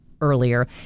Earlier